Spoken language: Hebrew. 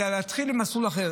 אלא להתחיל במסלול אחר.